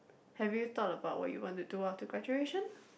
have you thought about what you want to do after graduation